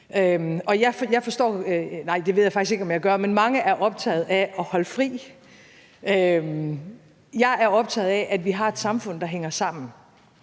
jeg faktisk ikke om jeg gør. Jeg er optaget af, at vi har et samfund, der hænger sammen.